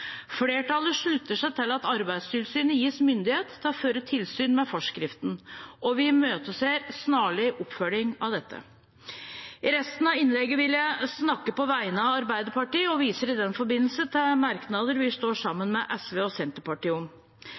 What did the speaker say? Flertallet slutter seg til at Arbeidstilsynet gis myndighet til å føre tilsyn med forskriften, og vi imøteser snarlig oppfølging av dette. I resten av innlegget vil jeg snakke på vegne av Arbeiderpartiet, og jeg viser i den forbindelse til merknader vi står sammen med SV og Senterpartiet om.